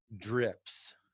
drips